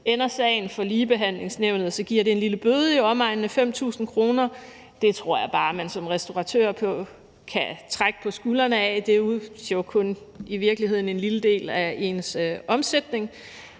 Ender sagen for Ligebehandlingsnævnet, giver det en lille bøde i omegnen af 5.000 kr. Det tror jeg bare man som restauratør vil trække på skulderen af – det er jo i virkeligheden kun en lille del af ens omsætning.